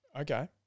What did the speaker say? Okay